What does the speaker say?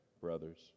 brothers